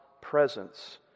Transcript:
presence